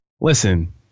Listen